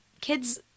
kids